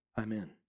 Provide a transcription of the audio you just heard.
Amen